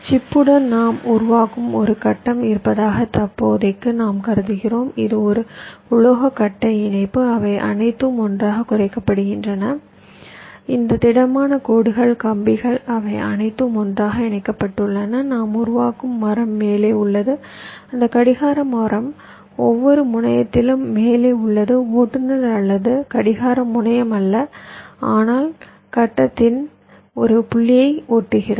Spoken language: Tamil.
சிப்புடன் நாம் உருவாக்கும் ஒரு கட்டம் இருப்பதாக தற்போதைக்கு நாம் கருதுகிறோம் இது ஒரு உலோக கட்டை இணைப்பு அவை அனைத்தும் ஒன்றாகக் குறைக்கப்படுகின்றன இந்த திடமான கோடுகள் கம்பிகள் அவை அனைத்தும் ஒன்றாக இணைக்கப்பட்டுள்ளன நான் உருவாக்கும் மரம் மேலே உள்ளது அந்த கடிகார மரம் ஒவ்வொரு முனையத்திலும் மேலே உள்ளது ஓட்டுநர் அல்லது கடிகார முனையம் அல்ல ஆனால் கட்டத்தின் ஒரு புள்ளியை ஓட்டுகிறது